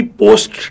post